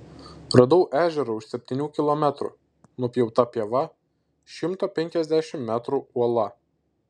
radau ežerą už septynių kilometrų nupjauta pieva šimto penkiasdešimt metrų uola